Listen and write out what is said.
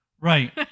Right